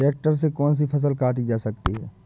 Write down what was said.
Tractor से कौन सी फसल काटी जा सकती हैं?